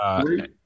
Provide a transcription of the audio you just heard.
Three